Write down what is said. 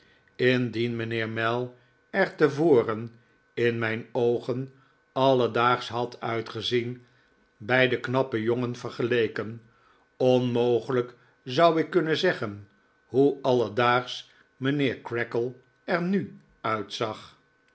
indien mijnheer mell er tevoren in mijn oogen alledaagsch had uitgezien bij den knappen jongen vergeleken onmogelijk zou ik kunnen zeggen hoe alledaagsch mijnheer creakle er nu uitzag